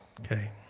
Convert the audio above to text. Okay